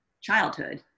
childhood